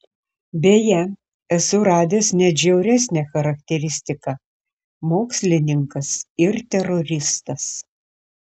beje esu radęs net žiauresnę charakteristiką mokslininkas ir teroristas